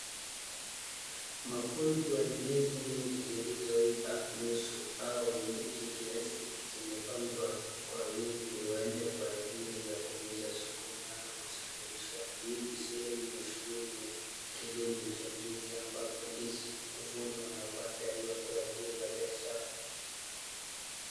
Mafunda wa ndizi nyingi zilizoiva nusu au mbichi kiasi zimepangwa kwa wingi huenda kwa jili ya kuuza sokoni au kusafirisha. Hii ni sehemu ya kilimo ya ndizi ambapo ndizi kuvunwa na kuandaliwa kwa ajili ya biashara.